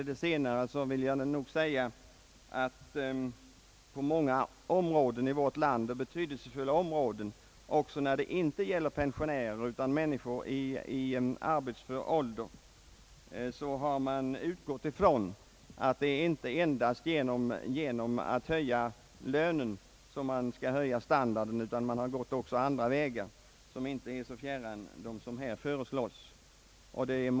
I det avseendet vill jag framhålla att man på många och betydelsefulla områden i vårt land har utgått från att standarden skall förbättras inte bara genom lönehöjningar utan också på andra vägar som inte är så fjärran från det som här föreslås. Detta gäller för människor i arbetsför ålder.